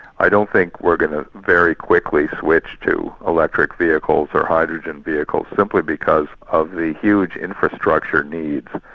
i don't think we're going to very quickly switch to electric vehicles or hydrogen vehicles, simply because of the huge infrastructure needs.